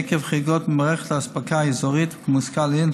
עקב חריגות במערכת האספקה האזורית כמוזכר לעיל,